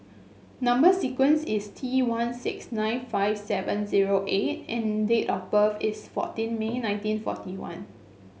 number sequence is T one six nine five seven zero eight and date of birth is fourteen May nineteen forty one